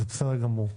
זה בסדר גמור.